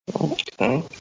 Okay